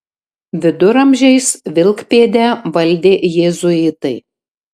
viduramžiais vilkpėdę valdė jėzuitai